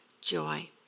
joy